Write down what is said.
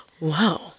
wow